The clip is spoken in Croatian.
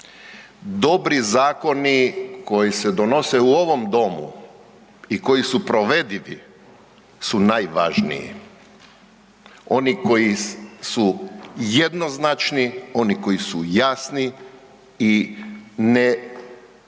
dobri zakoni koji se donose u ovom Domu i koji su provedivi su najvažniji. Oni koji su jednoznačni, oni koji su jasni i ne